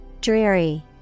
Dreary